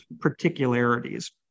particularities